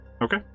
Okay